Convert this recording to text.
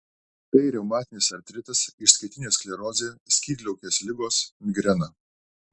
tai reumatinis artritas išsėtinė sklerozė skydliaukės ligos migrena